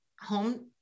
home